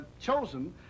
chosen